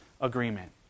agreement